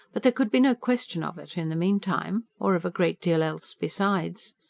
but there could be no question of it in the meantime, or of a great deal else besides.